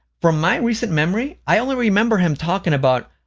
from my recent memory, i only remember him talking about